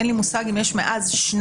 אין לי מושג אם יש מאז שניים.